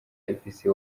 ifise